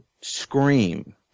scream